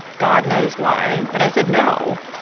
god knows why. but i said no.